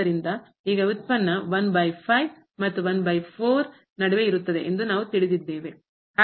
ಆದ್ದರಿಂದ ಈಗ ಉತ್ಪನ್ನ ಮತ್ತು ನಡುವೆ ಇರುತ್ತದೆ ಎಂದು ನಾವು ತಿಳಿದಿದ್ದೇವೆ